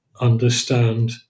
understand